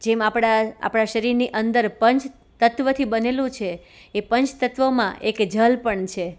જેમ આપણા આપણા શરીરની અંદર પંચતત્વથી બનેલું છે એ પંચતત્વમાં એક જળ પણ છે